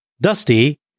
Dusty